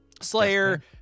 Slayer